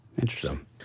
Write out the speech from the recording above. interesting